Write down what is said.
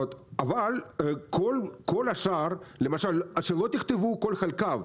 אבל כל השאר, למשל שלא תכתבו "כל חלקיו".